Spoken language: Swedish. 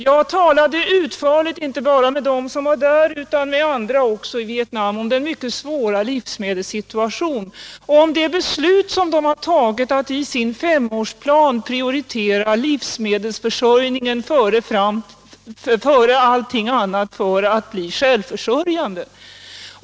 Jag talade utförligt inte bara med dem som bodde där utan också med andra i Vietnam om den mycket svåra livsmedelssituationen och om det beslut som de fattat att i sin femårsplan prioritera livsmedelsproduktionen före allting annat för att bli självförsörjande.